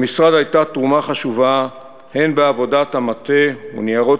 למשרד הייתה תרומה חשובה הן בעבודת המטה וניירות